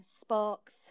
sparks